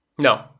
no